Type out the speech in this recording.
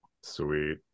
Sweet